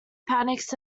panics